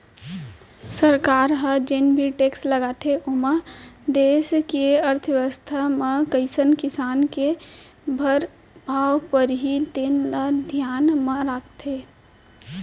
सरकार ह जेन भी टेक्स लगाथे ओमा देस के अर्थबेवस्था म कइसन किसम के परभाव परही तेन ल धियान म राखथे